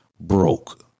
broke